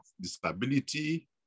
disability